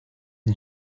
and